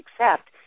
accept